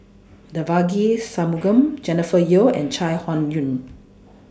Devagi Sanmugam Jennifer Yeo and Chai Hon Yoong